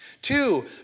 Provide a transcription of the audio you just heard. Two